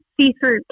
see-through